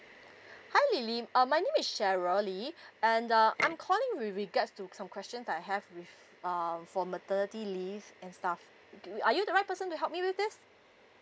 hi lily um my name is cheryl lee and uh I'm calling with regards to some questions that I have with um for maternity leave and stuff do y~ are you the right person to help me with this